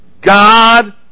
God